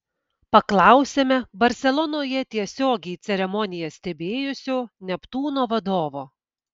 paklausėme barselonoje tiesiogiai ceremoniją stebėjusio neptūno vadovo